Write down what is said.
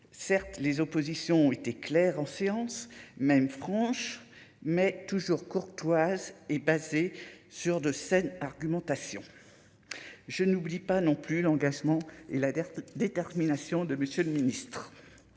certes les oppositions étaient claires en séance même franche mais toujours courtoise et passer sur de scènes argumentation je n'oublie pas non plus l'engagement et la détermination de Monsieur le Ministre,